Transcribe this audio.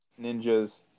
ninjas